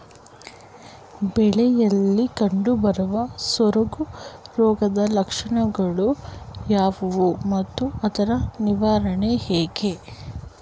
ಬೆಳೆಯಲ್ಲಿ ಕಂಡುಬರುವ ಸೊರಗು ರೋಗದ ಲಕ್ಷಣಗಳು ಯಾವುವು ಮತ್ತು ಅದರ ನಿವಾರಣೆ ಹೇಗೆ?